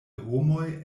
homoj